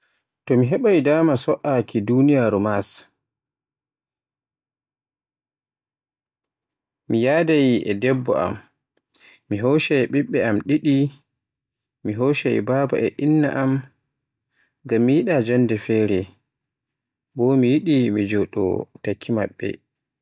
To mi heɓaay dama so'aki duniyaaru Mars, mi yadaay e debbo am, mi hoccay ɓiɓɓe am ɗiɗi, mi hoccay baba e Inna am, ngam mi yiɗa jonnde fere, bo mi yiɗi mi joɗo daki maɓɓe.